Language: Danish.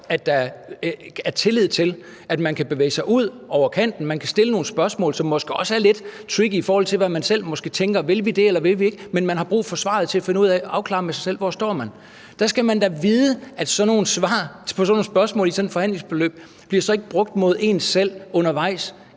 der er tillid til, at man kan bevæge sig ud over kanten, og at man kan stille nogle spørgsmål, som måske også er lidt tricky, i forhold til hvad man måske selv tænker om det – vil vi det, eller vil vi det ikke? – men man har brug for svaret til at finde ud af det og afklare med sig selv, hvor man står. Der skal man da vide, at sådan nogle svar på sådan nogle spørgsmål i sådan et forhandlingsforløb så ikke bliver brugt mod en selv undervejs